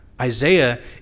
Isaiah